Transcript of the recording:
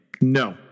No